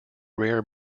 rare